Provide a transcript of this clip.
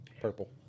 Purple